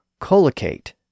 collocate